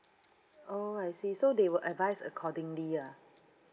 oh I see so they will advise accordingly ah